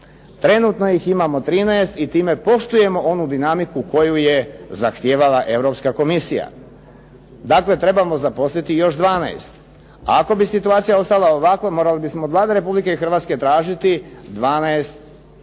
Trenutno ih imamo 13 i time poštujemo onu dinamiku koju je zahtijevala Europska komisija. Dakle, trebamo zaposliti još 12. Ako bi situacija ostala ovakva, morali bismo od Vlade Republike Hrvatske tražiti 12